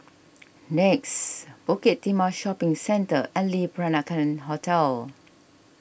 Nex Bukit Timah Shopping Centre and Le Peranakan Hotel